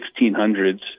1600s